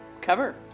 Cover